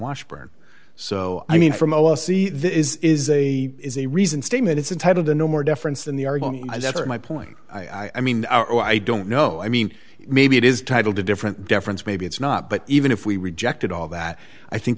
washburn so i mean from oh i see the is is a is a reason statement it's a title to no more difference than the my point i mean i don't know i mean maybe it is titled a different deference maybe it's not but even if we rejected all that i think